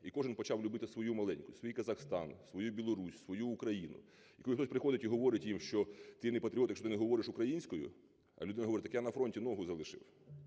і кожен почав любити свою маленьку: свій Казахстан, свою Білорусь, свою Україну. І коли хтось приходить і говорить їм, що ти не патріот, якщо ти не говориш українською, а людина говорить, так я на фронті ногу залишив,